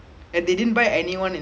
I mean now ah